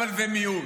אבל זה מיעוט.